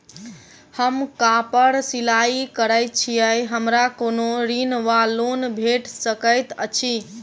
हम कापड़ सिलाई करै छीयै हमरा कोनो ऋण वा लोन भेट सकैत अछि?